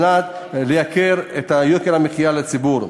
כדי להעלות את יוקר המחיה לציבור.